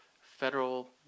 Federal